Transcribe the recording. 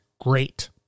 great